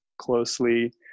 closely